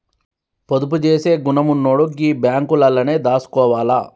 పొదుపు జేసే గుణమున్నోడు గీ బాంకులల్లనే దాసుకోవాల